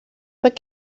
bod